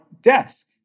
desk